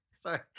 Sorry